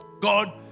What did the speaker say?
God